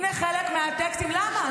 למה?